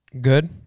Good